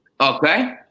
okay